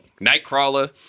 Nightcrawler